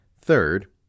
Third